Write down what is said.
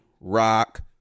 rock